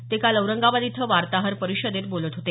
ते काल औरंगाबाद इथं वार्ताहर परिषदेत बोलत होते